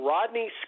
Rodney